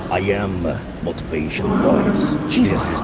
i am motivation voice. jesus.